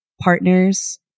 partners